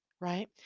Right